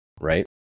right